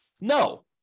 No